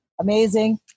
Amazing